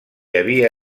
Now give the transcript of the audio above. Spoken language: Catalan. havia